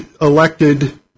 elected